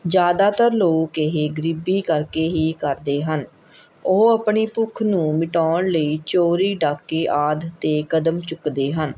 ਜ਼ਿਆਦਾਤਰ ਲੋਕ ਇਹ ਗਰੀਬੀ ਕਰਕੇ ਹੀ ਕਰਦੇ ਹਨ ਉਹ ਆਪਣੀ ਭੁੱਖ ਨੂੰ ਮਿਟਾਉਣ ਲਈ ਚੋਰੀ ਡਾਕੇ ਆਦਿ ਅਤੇ ਕਦਮ ਚੁੱਕਦੇ ਹਨ